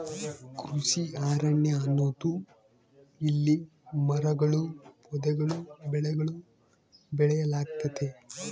ಕೃಷಿ ಅರಣ್ಯ ಎನ್ನುವುದು ಇಲ್ಲಿ ಮರಗಳೂ ಪೊದೆಗಳೂ ಬೆಳೆಗಳೂ ಬೆಳೆಯಲಾಗ್ತತೆ